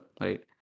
right